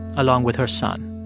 along with her son.